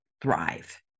thrive